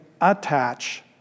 attach